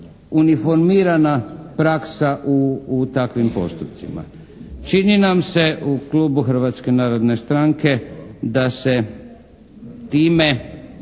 uniformirana praksa u takvim postupcima. Čini nam se u klubu Hrvatske narodne stranke da se time